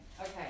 Okay